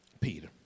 Peter